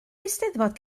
eisteddfod